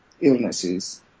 illnesses